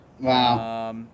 Wow